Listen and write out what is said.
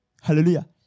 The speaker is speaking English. Hallelujah